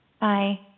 Bye